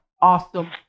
awesome